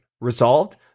Resolved